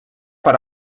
per